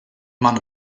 man